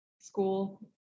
school